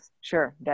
sure